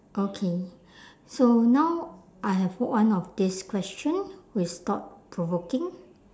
okay so now I have one of this question with thought provoking